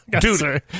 Dude